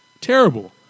terrible